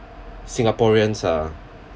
singaporeans are